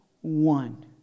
one